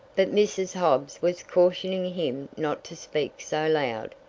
but mrs. hobbs was cautioning him not to speak so loud.